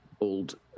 old